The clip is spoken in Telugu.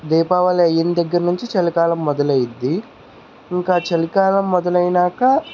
దీపావళి అయ్యిన్ దగ్గర్నుంచి చలికాలం మొదలైద్దీ ఇంకా చలికాలం మొదలైనాక